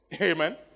Amen